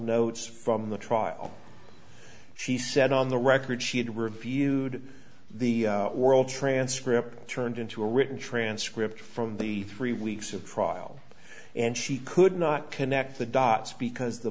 notes from the trial she said on the record she had reviewed the world transcript turned into a written transcript from the three weeks of trial and she could not connect the dots because the